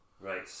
Right